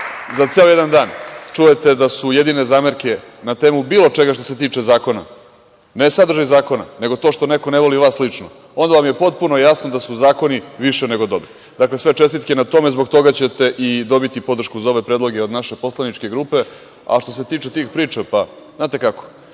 za ceo jedan dan čujete da su jedine zamerke na temu bilo čega što se tiče zakona, ne sadržaj zakona, nego to što neko ne voli vas lično, onda vam je potpuno jasno da su zakoni više nego dobri. Dakle, sve čestitke na tome. Zbog toga ćete i dobiti podršku za ove predloge od naše poslaničke grupe.A što se tiče tih priča, znate kako,